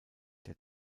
der